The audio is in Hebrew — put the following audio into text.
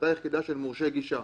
באותה יחידה של מורשי גישה.